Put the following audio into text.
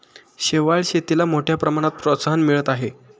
शेवाळ शेतीला मोठ्या प्रमाणात प्रोत्साहन मिळत आहे